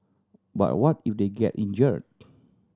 but what if they get injured